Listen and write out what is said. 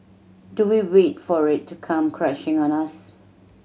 do we wait for it to come crashing on us